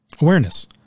Awareness